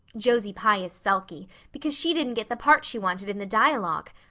josie pye is sulky because she didn't get the part she wanted in the dialogue.